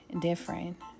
different